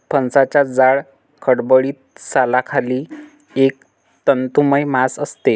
फणसाच्या जाड, खडबडीत सालाखाली एक तंतुमय मांस असते